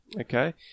Okay